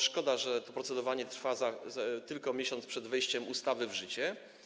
Szkoda, że to procedowanie jest tylko na miesiąc przed wejściem ustawy w życie.